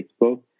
Facebook